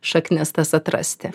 šaknis tas atrasti